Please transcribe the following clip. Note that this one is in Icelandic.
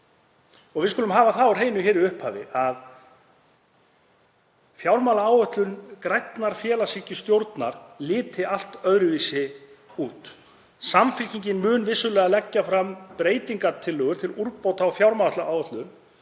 Við skulum hafa það á hreinu í upphafi að fjármálaáætlun grænnar félagshyggjustjórnar liti allt öðruvísi út. Samfylkingin mun vissulega leggja fram breytingartillögur til úrbóta á fjármálaáætlun